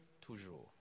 toujours